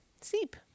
sleep